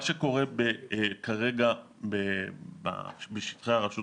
מה שקורה כרגע בשטחי הרשות